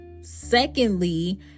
Secondly